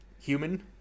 human